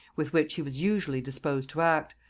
with which he was usually disposed to act,